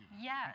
Yes